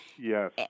Yes